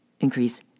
increase